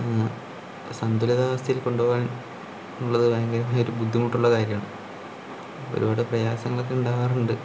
സന്തുലിതാവസ്ഥയിൽ കൊണ്ടു പോകാൻ ഉള്ളത് ഭയങ്കരമായ ഒരു ബുദ്ധിമുട്ടുള്ള കാര്യമാണ് ഒരുപാട് പ്രയാസങ്ങൾ ഒക്കെ ഉണ്ടാകാറുണ്ട്